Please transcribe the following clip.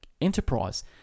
enterprise